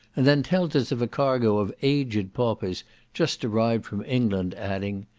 and then tells us of a cargo of aged paupers just arrived from england, adding,